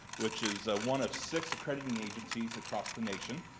which is one of six accrediting agencies across the nation.